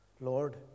Lord